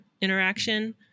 interaction